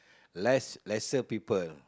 less lesser people